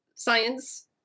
science